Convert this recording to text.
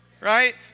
Right